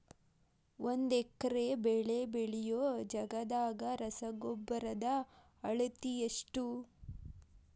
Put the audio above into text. ಒಂದ್ ಎಕರೆ ಬೆಳೆ ಬೆಳಿಯೋ ಜಗದಾಗ ರಸಗೊಬ್ಬರದ ಅಳತಿ ಎಷ್ಟು?